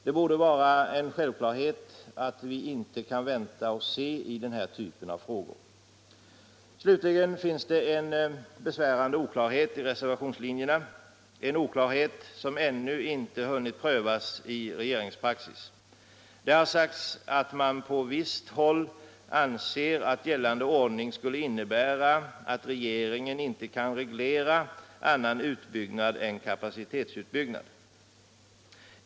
Det borde vara en självklarhet att vi inte kan vänta och se i den här typen av frågor. Slutligen finns det en besvärande oklarhet i reservationslinjerna — en oklarhet som ännu inte prövas i regeringspraxis. Det har sagts mig att man på visst håll anser att gällande ordning skulle innebära att regeringen inte kan reglera annan utbyggnad än kapacitetsutbyggnad.